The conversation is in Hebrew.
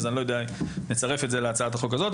אז אני לא יודע אם נצרף את זה להצעת החוק הזאת,